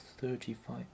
thirty-five